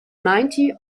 ninety